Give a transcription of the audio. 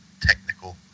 technical